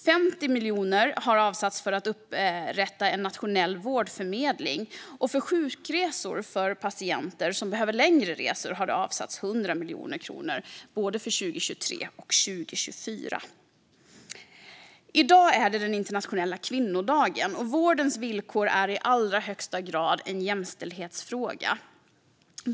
Det har avsatts 50 miljoner för att upprätta en nationell vårdförmedling, och för sjukresor för patienter som behöver längre resor har det avsatts 100 miljoner kronor för både 2023 och 2024. I dag är det den internationella kvinnodagen. Vårdens villkor är i allra högsta grad en jämställdhetsfråga.